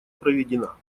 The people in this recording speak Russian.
проведена